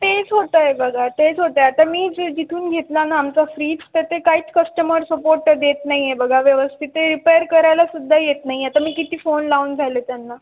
तेच होतंय बघा तेच होतंय आता मी जे जिथून घेतला ना आमचा फ्रीज तर ते काहीच कस्टमर सपोर्ट तर देत नाहीये बघा व्यवस्थित ते रिपेअर करायलासुद्धा येत नाही आता मी किती फोन लावून झाले त्यांना